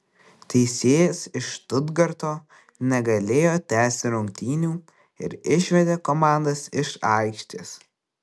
teisėjas iš štutgarto negalėjo tęsti rungtynių ir išvedė komandas iš aikštės